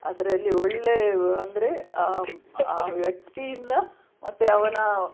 ಅದರಲ್ಲಿ ಒಳ್ಳೆಯ ಅಂದರೆ ಆ ವ್ಯಕ್ತಿಯಿಂದ ಮತ್ತೆ ಅವನ